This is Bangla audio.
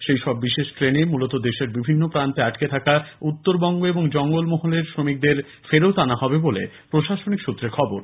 এইসব বিশেয ট্রেনে মূলত দেশের বিভিন্ন প্রান্তে আটকে থাকা উত্তরবঙ্গ এবং জঙ্গলমহলের শ্রমিকদের ফেরত আনা হবে বলে প্রশাসনিক সূত্রে খবর